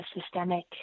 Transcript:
systemic